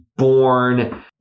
Born